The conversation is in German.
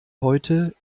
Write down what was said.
heute